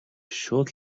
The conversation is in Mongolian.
шууд